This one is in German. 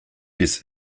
bis